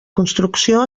construcció